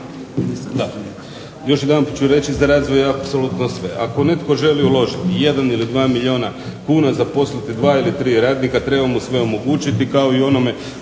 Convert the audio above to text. još jedanput ću reći za razvoj apsolutno sve. Ako netko želi uložiti jedan ili dva milijuna kuna, zaposliti 2 ili 3 radnika treba mu sve omogućiti kao i onome